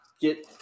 get